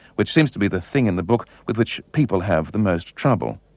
which seems to be the thing in the book with which people have the most trouble.